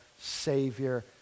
Savior